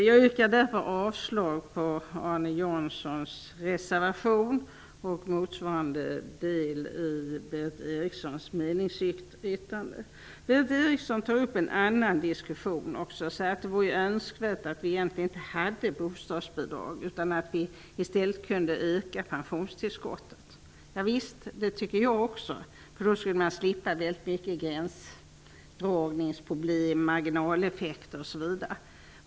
Jag yrkar därför avslag på Arne Janssons reservation och på motsvarande del i Berith Berith Eriksson tar också upp en annan diskussion. Hon säger att det egentligen inte är önskvärt att vi har bostadsbidrag, utan vi borde i stället öka pensionstillskotten. Ja visst, det tycker också jag. Då skulle man slippa rätt mycket av gränsdragningsproblem, marginaleffekter osv.